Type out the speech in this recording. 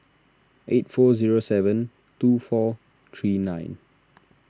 eight four zero seven two four three nine